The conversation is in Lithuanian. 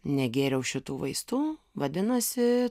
negėriau šitų vaistų vadinasi